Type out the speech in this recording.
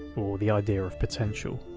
or the idea of potential.